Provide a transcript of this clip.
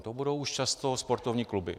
To budou už často sportovní kluby.